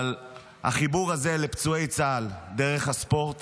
החיבור הזה לפצועי צה"ל דרך הספורט